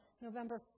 November